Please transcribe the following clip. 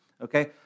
Okay